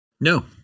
No